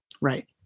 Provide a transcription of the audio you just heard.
Right